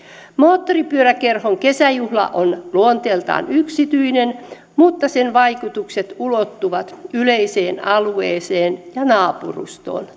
moottoripyöräkerhon kesäjuhla on luonteeltaan yksityinen mutta sen vaikutukset ulottuvat yleiseen alueeseen ja naapurustoon